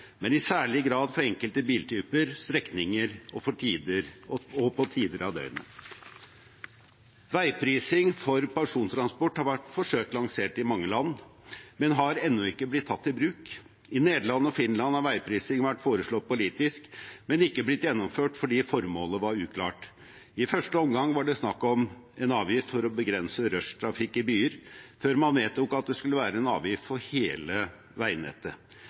men i særlig grad for enkelte biltyper, strekninger og tider av døgnet. Veiprising for persontransport har vært forsøkt lansert i mange land, men har ennå ikke blitt tatt i bruk. I Nederland og Finland har veiprising vært foreslått politisk, men ikke blitt gjennomført fordi formålet var uklart. I første omgang var det snakk om en avgift for å begrense rushtrafikk i byer, før man vedtok at det skulle være en avgift for hele veinettet.